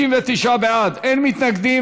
מי נגד?